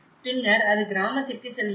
பின்னர் அது கிராமத்திற்கு செல்கிறது